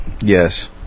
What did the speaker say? Yes